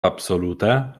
absolute